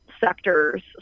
sectors